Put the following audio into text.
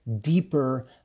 deeper